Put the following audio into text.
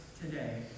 today